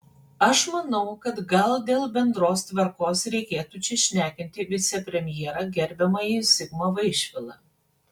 aš manau kad gal dėl bendros tvarkos reikėtų čia šnekinti vicepremjerą gerbiamąjį zigmą vaišvilą